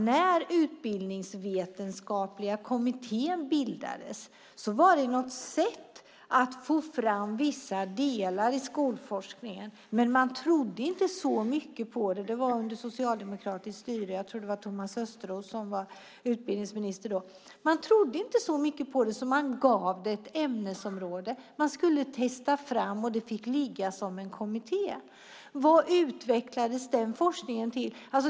När Utbildningsvetenskapliga kommittén bildades var det ett sätt att få fram vissa delar i skolforskningen, men man trodde inte så mycket på det. Det var under socialdemokratiskt styre. Jag tror att det var Thomas Östros som var utbildningsminister då. Man trodde inte så mycket på det, så man gav det ett ämnesområde. Man skulle testa det, och det fick bli en kommitté. Vad utvecklades den forskningen till?